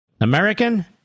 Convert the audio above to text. American